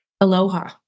Aloha